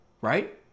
right